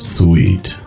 Sweet